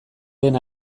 den